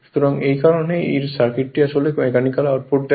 সুতরাং এই কারণেই এই সার্কিটটি আসলে মেকানিক্যাল আউটপুট দেয়